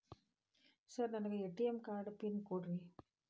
Sir ನನಗೆ ATM card pin ಕೊಡ್ರಿ?